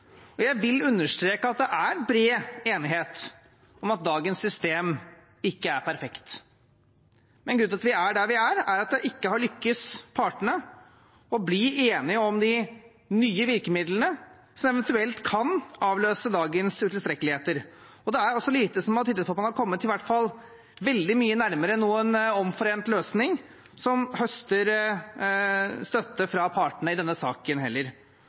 Jeg vil understreke at det er bred enighet om at dagens system ikke er perfekt. Men grunnen til at vi er der vi er, er at det ikke har lyktes partene å bli enige om de nye virkemidlene som eventuelt kan avløse dagens utilstrekkeligheter. Det er også lite som har tydet på at man har kommet i hvert fall veldig mye nærmere noen omforent løsning som høster støtte fra partene i denne saken.